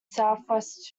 southwest